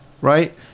right